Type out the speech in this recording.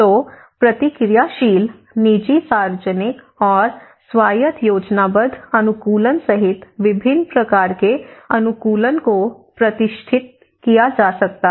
तो प्रतिक्रियाशील निजी सार्वजनिक और स्वायत्त योजनाबद्ध अनुकूलन सहित विभिन्न प्रकार के अनुकूलन को प्रतिष्ठित किया जा सकता है